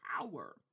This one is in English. power